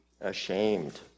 ashamed